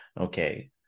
Okay